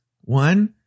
One